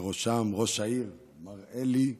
ובראשם ראש העיר מר אלי לנקרי,